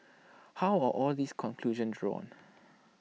how are all these conclusions drawn